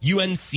UNC